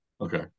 Okay